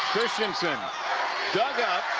christensen dug up.